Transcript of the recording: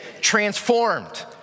transformed